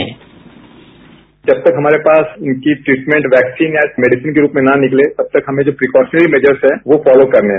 sound bite जब तक हमारे पास इनकी ट्रीटमेंट वैक्सीन या मेडिसन के रूप में ना निकले तब तक हमें जो प्रिकॉशनरी मैजर्स हैं वो फॉलो करने हैं